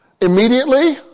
immediately